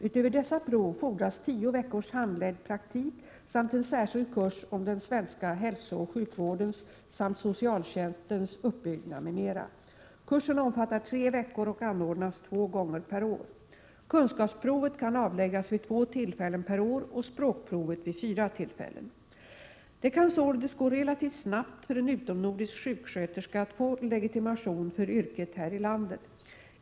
Utöver dessa prov fordras tio veckors handledd praktik samt en särskild kurs om den svenska hälsooch sjukvårdens samt socialtjänstens uppbyggnad m.m. Kursen omfattar tre veckor och anordnas två gånger per år. Kunskapsprovet kan avläggas vid två tillfällen per år och språkprovet vid fyra tillfällen. Det kan således gå relativt snabbt för en utomnordisk sjuksköterska att få legitimation för yrket här i landet.